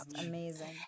amazing